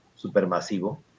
supermasivo